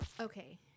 Okay